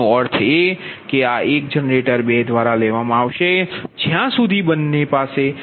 તેનો અર્થ એ કે આ એક જનરેટર 2 દ્વારા લેવામાં આવશે જ્યાં સુધી બંને પાસે λ 46